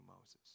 Moses